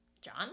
John